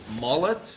mullet